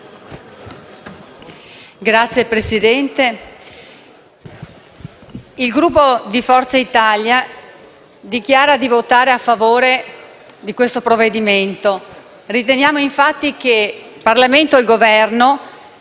Signor Presidente, il Gruppo di Forza Italia dichiara di votare a favore di questo provvedimento. Riteniamo, infatti, che Parlamento e Governo